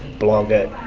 blog it,